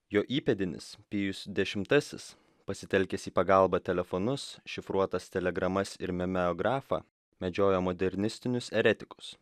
jo įpėdinis pijus dešimtasis pasitelkęs į pagalbą telefonus šifruotas telegramas ir memeografą medžiojo modernistinius eretikus